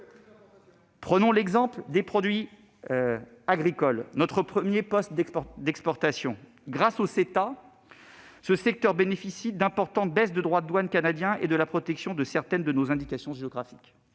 Prenons l'exemple des produits agricoles, soit notre premier poste d'exportation : grâce au CETA, ce secteur bénéficie d'importantes baisses de droits de douane canadiens et certaines de nos indications géographiques